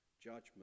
Judgment